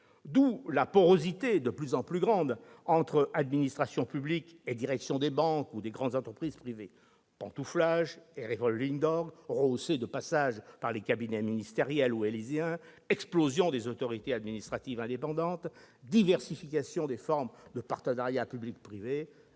D'où la porosité de plus en plus grande entre administration publique et direction des banques ou des grandes entreprises privées : pantouflages et rehaussés de passages par les cabinets ministériels ou élyséens. L'explosion des Autorités administratives indépendantes, la diversification des formes de partenariat public-privé,